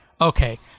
okay